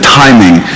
timing